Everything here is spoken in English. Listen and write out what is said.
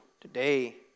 today